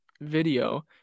video